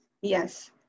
yes